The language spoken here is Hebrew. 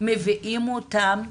מביאים אותם,